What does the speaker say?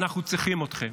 אנחנו צריכים אתכם.